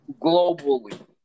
globally